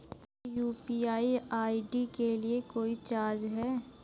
क्या UPI ID के लिए कोई चार्ज है?